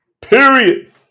Period